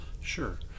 Sure